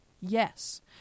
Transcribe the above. Yes